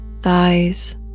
thighs